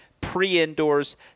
pre-indoors